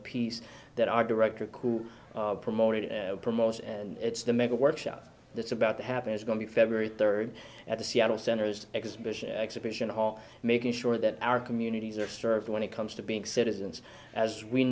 piece that our director coo promoted promotion and it's the mega workshop that's about to happen it's going to be february third at the cia centers exhibition exhibition hall making sure that our communities are served when it comes to being citizens as we